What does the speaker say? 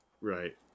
Right